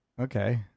Okay